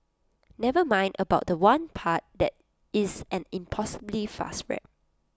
never mind about The One part that is an impossibly fast rap